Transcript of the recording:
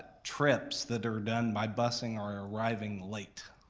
trips that are done by busing are arriving late.